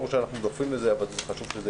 ברור שאנחנו דוחפים לזה אבל חשוב שזה